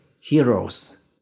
heroes